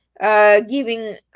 Giving